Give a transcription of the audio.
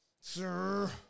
sir